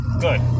Good